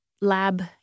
lab